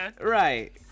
Right